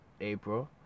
April